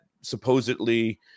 supposedly